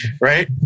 Right